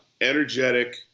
energetic